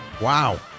Wow